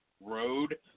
road